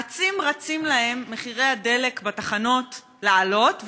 אצים רצים להם מחירי הדלק בתחנות לעלות,